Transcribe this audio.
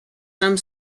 some